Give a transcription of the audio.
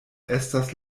estas